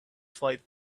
flight